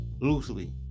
loosely